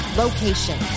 location